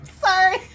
Sorry